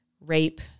rape